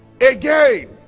again